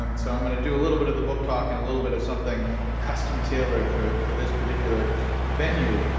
um so, i'm gonna do a little bit of the book talk and a little bit of something custom-tailored for for this particular venue.